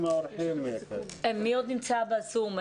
מי עוד נמצא בזום?